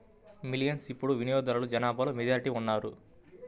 millennials ఇప్పుడు వినియోగదారుల జనాభాలో మెజారిటీగా ఉన్నారు